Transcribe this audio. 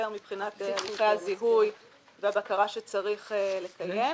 מבחינת הליכי הזיהוי והבקרה שצריך לקיים.